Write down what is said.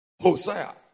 Hosea